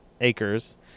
acres